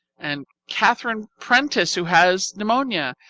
and catherine prentiss who has pneumonia,